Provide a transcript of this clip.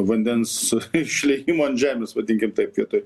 vandens išliejimo ant žemės vadinkim taip vietoj